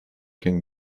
can